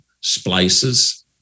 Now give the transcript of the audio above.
Splices